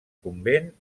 convent